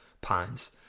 pines